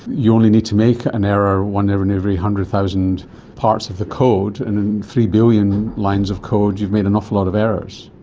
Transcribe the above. you only need to make an error, one error in every hundred thousand parts of the code and in three billion lines of code you've made an awful lot of errors.